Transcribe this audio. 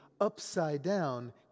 upside-down